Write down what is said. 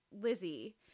Lizzie